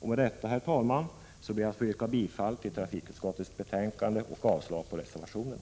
Med detta, herr talman, ber jag att få yrka bifall till trafikutskottets hemställan och avslag på reservationerna.